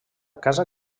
casa